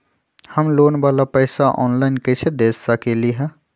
हम लोन वाला पैसा ऑनलाइन कईसे दे सकेलि ह?